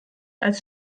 als